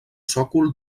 sòcol